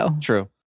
True